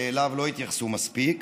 שאליו לא התייחסו מספיק.